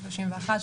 31,